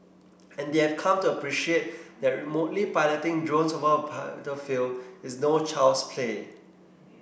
and they have come to appreciate that remotely piloting drones over a battlefield is no child's play